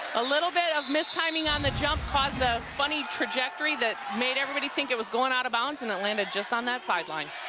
a little bit of mistiming on the jump caused ah a funny trajectory that made everybody think it was going out of bounds, and it landed just on that sideline.